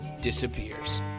disappears